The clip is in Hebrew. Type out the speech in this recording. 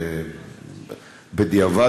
בדיעבד,